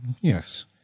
yes